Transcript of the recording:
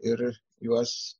ir juos